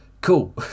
Cool